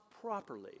properly